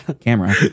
camera